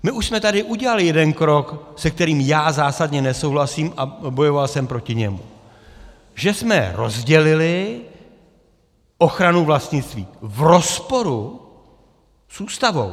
My už jsme tady udělali jeden krok, se kterým já zásadně nesouhlasím, a bojoval jsem proti němu, že jsme rozdělili ochranu vlastnictví v rozporu s Ústavou.